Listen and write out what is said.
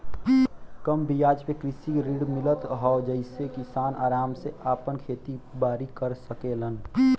कम बियाज पे कृषि ऋण मिलत हौ जेसे किसान आराम से आपन खेती बारी कर सकेलन